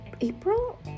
April